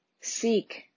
seek